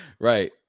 Right